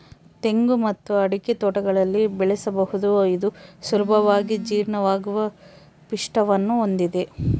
ತೆಂಗು ಮತ್ತು ಅಡಿಕೆ ತೋಟಗಳಲ್ಲಿ ಬೆಳೆಸಬಹುದು ಇದು ಸುಲಭವಾಗಿ ಜೀರ್ಣವಾಗುವ ಪಿಷ್ಟವನ್ನು ಹೊಂದಿದೆ